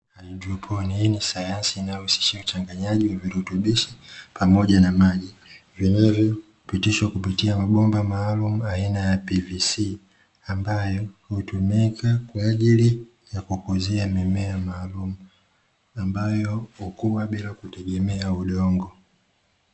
Hydroponi hii ni sayansi inayohusisha uchanganyaji wa virutubishi pamoja na maji vinavyopitishwa kupitia mabomba maalumu aina ya PVC, ambayo hutumika kwa ajili ya kukuzia mimea maalumu, ambayo hukua bila kutegemea udongo.